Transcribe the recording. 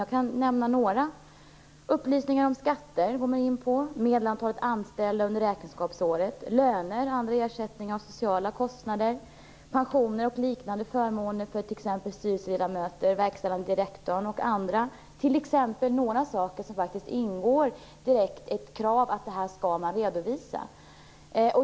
Låt mig nämna några: upplysningar om skatter, medelantalet anställda under räkenskapsåret, löner och andra ersättningar, sociala kostnader, pensioner och liknande förmåner för t.ex. styrelseledamöter och verkställande direktören. Det är några saker som det krävs att man direkt skall redovisa.